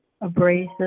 abrasive